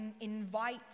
invite